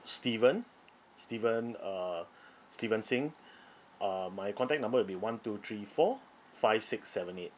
steven steven uh steven singh uh my contact number will be one two three four five six seven eight